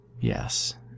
Yes